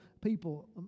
people